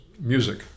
music